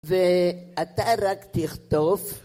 ואתה רק תכתוב